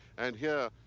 and here,